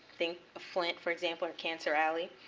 think of flint, for example, or cancer alley.